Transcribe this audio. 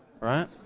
right